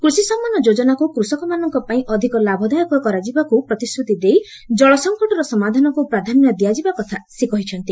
କୃଷି ସମ୍ମାନ ଯୋଜନାକୁ କୃଷକମାନଙ୍କ ପାଇଁ ଅଧିକ ଲାଭଦାୟକ କରାଯିବାକୁ ପ୍ରତିଶ୍ରତି ଦେଇ ଜଳସଙ୍କଟର ସମାଧାନକୁ ପ୍ରାଧାନ୍ୟ ଦିଆଯିବା କଥା ସେ କହିଛନ୍ତି